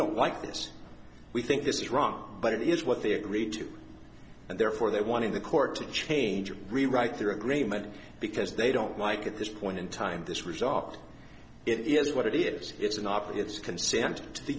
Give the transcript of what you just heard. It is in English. don't like this we think this is wrong but it is what they agreed to and therefore they wanted the court to change or rewrite their agreement because they don't like at this point in time this resolved it is what it is it's an op it's consent to